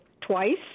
twice